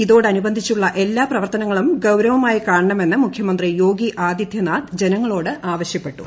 ഇതോടനുബന്ധിച്ചുള്ള എല്ലാ പ്രവർത്തനങ്ങളും ഗൌരവമായി കാണണമെന്ന് മുഖ്യമന്ത്രി യോഗി ആദിത്യനാഥ് ജനങ്ങളോട് ആവശ്യപ്പെട്ടു